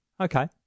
okay